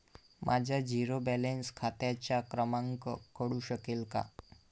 माझ्या zero balance खात्याचा क्रमांक कळू शकेल का?